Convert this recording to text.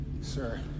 Sir